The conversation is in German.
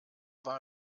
war